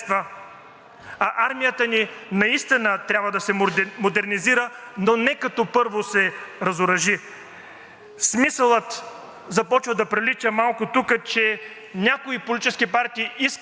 Смисълът започва да прилича тук, че някои политически партии искат да се харесат на някои други посолства, а не да мислят за националната сигурност на страната ни.